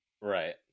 Right